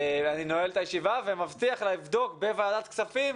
אני נועל את הישיבה ומבטיח לבדוק בוועדת הכספים,